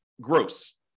gross